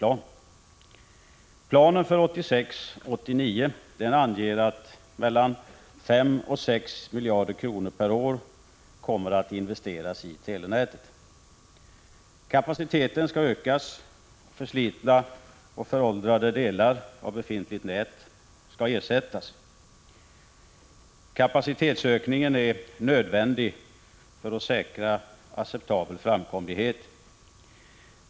Planen för 1986-1989 anger att mellan 5 och 6 miljarder kronor per år kommer att investeras i telenätet. Kapaciteten skall ökas, förslitna och föråldrade delar av befintligt nät skall ersättas. Kapacitetsökningen är nödvändig för att man skall kunna säkra acceptabel framkomlighet.